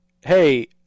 hey